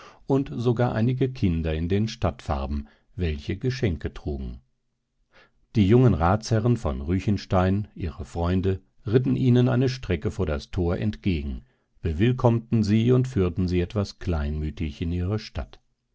und sogar einige kinder in den stadtfarben welche geschenke trugen die jungen ratsherren von ruechenstein ihre freunde ritten ihnen eine strecke vor das tor entgegen bewillkommten sie und führten sie etwas kleinmütig in die stadt